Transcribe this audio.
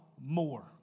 more